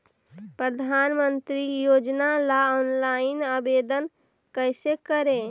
प्रधानमंत्री योजना ला ऑनलाइन आवेदन कैसे करे?